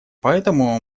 поэтому